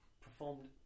performed